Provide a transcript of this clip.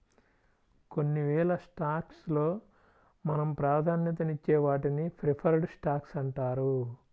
కొన్నివేల స్టాక్స్ లో మనం ప్రాధాన్యతనిచ్చే వాటిని ప్రిఫర్డ్ స్టాక్స్ అంటారు